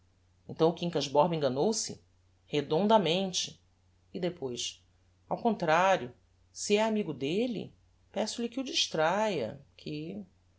então o quincas borba enganou-se redondamente e depois ao contrario se é amigo delle peço-lhe que o distraia que